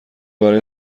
برای